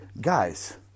guys